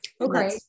okay